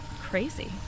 crazy